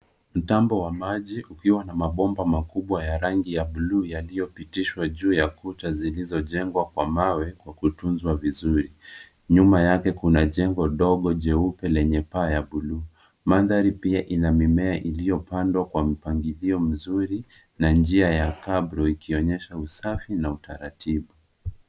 Mtambo mkubwa wa maji ukiwa na mabomba makubwa ya rangi ya buluu yaliyopitishwa juu ya kuta zilizojengwa kwa mawe kwa kutunzwa vizuri. Nyuma yake kuna jengo dogo jeupe lenye paa ya buluu. Mandhari pia ina mimea iliyopandwa kwa mpangilio mzuri na njia ya hapo ikionyesha usafi na utaratibu.